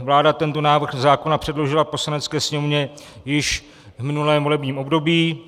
Vláda tento návrh zákona předložila Poslanecké sněmovně již v minulém volebním období.